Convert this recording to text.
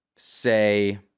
say